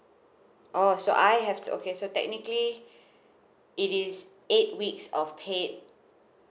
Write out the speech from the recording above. oh so I have to okay so technically it is eight weeks of paid